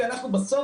כי אנחנו בסוף